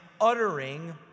uttering